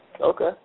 Okay